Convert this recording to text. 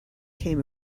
came